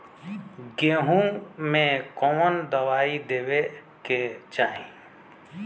गेहूँ मे कवन दवाई देवे के चाही?